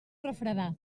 refredar